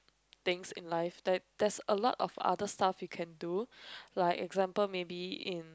things in life that there is a lot of other stuff you can do like example maybe in